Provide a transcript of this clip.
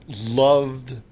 loved